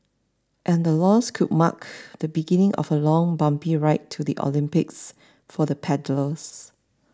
and the loss could mark the beginning of a long bumpy ride to the Olympics for the paddlers